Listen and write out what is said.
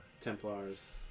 Templars